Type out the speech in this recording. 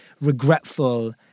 regretful